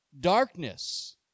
darkness